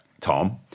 Tom